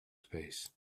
space